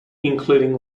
including